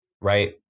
right